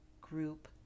group